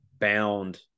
bound